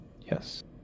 Yes